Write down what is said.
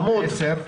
עמוד 10,